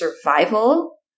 survival